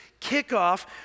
kickoff